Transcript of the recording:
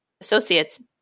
associates